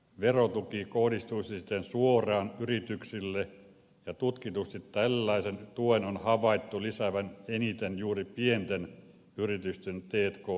verotuki kohdistuisi siten suoraan yrityksille ja tutkitusti tällaisen tuen on havaittu lisäävän eniten juuri pienten yritysten t k investointeja